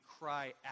cry